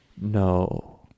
no